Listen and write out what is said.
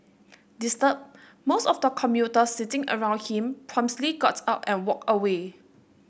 disturbed most of the commuters sitting around him got up and walked away